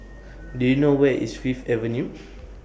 Do YOU know Where IS Fifth Avenue